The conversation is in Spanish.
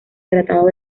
tratado